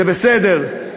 זה בסדר.